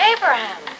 Abraham